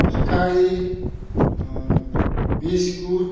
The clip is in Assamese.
bakery biscuit